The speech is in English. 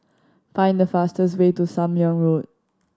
find the fastest way to Sam Leong Road